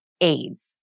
aids